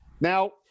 Now